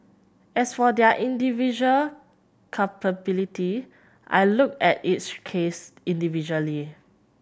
as for their individual culpability I looked at each case individually